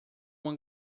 uma